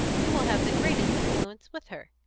you will have the greatest influence with her.